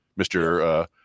Mr